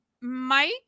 mike